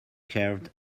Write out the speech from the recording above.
carved